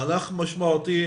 מהלך משמעותי.